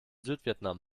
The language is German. südvietnam